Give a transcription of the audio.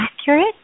accurate